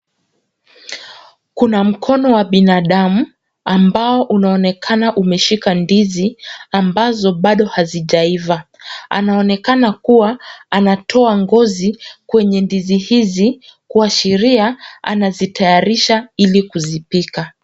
Kuna mkono wa binadamu ambao unaonekana umeshika ndizi ambazo bado hazijaiva, anaonekana kuwa anatoa ngozi kwenye ndizi hizi kuashiria anazitayarisha ili kuzipika.